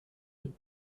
deux